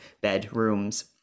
bedrooms